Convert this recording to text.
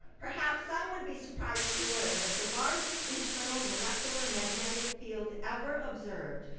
perhaps some would be surprised to learn that the largest internal, molecular magnetic field ever observed,